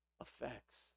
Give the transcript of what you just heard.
effects